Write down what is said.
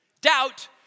Doubt